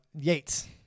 Yates